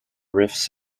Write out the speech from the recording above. riffs